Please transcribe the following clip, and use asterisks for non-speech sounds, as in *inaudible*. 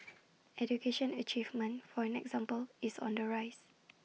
*noise* education achievement for an example is on the rise